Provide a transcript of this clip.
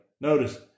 Notice